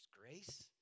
grace